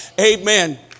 Amen